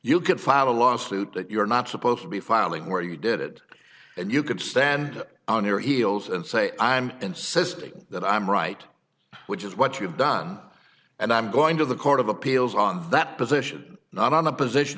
could file a lawsuit that you're not supposed to be filing where you did it and you could stand on your heels and say i'm insisting that i'm right which is what you've done and i'm going to the court of appeals on that position not on the position